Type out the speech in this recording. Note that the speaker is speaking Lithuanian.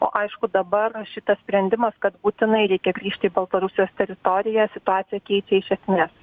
o aišku dabar šitas sprendimas kad būtinai reikia grįžt į baltarusijos teritoriją situaciją keičia iš esmės